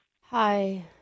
Hi